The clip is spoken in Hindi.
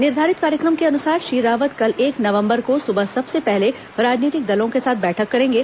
निर्धारित कार्यक्रम के अनुसार श्री रावत कल एक नवम्बर को सुबह सबसे पहले राजनीतिक दलों के साथ बैठक करेंगे